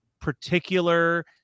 particular